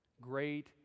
Great